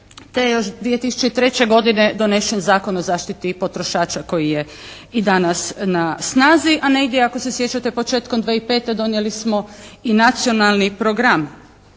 te je još 2003. godine donesen Zakon o zaštiti potrošača koji je i danas na snazi a negdje ako se sjećate početkom 2005. donijeli smo i Nacionalni program